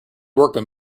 workman